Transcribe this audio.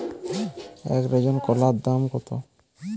এক ডজন কলার দাম কত?